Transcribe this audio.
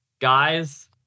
guys